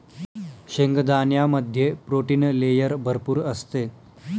शेंगदाण्यामध्ये प्रोटीन लेयर भरपूर असते